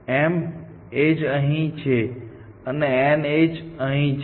m એજ અહીં છે અને n એજ અહીં છે